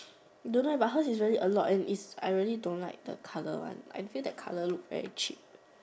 don't know eh hers is really a lot and is I really don't like the colour one I feel the colour look very cheap